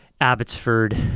Abbotsford